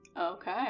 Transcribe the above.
Okay